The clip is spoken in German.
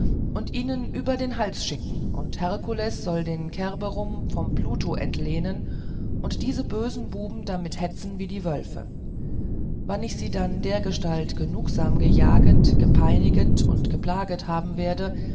und ihnen über den hals schicken und hercules soll den cerberum vom pluto entlehnen und diese böse buben damit hetzen wie die wölfe wann ich sie dann dergestalt genugsam gejaget gepeiniget und geplaget haben werde